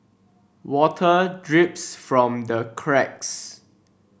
water drips from the cracks